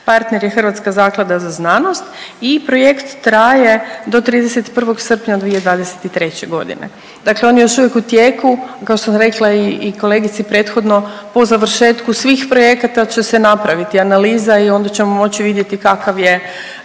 partner je Hrvatska zaklada za znanost i projekt traje do 31. srpnja 2023. g. Dakle on još uvijek u tijeku, kao što sam rekla i kolegici prethodno, po završetku svih projekata će se napraviti analiza i onda ćemo moći vidjeti kakav je,